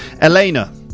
Elena